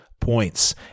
points